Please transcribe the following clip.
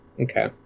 Okay